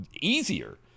easier